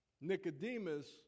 Nicodemus